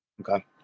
Okay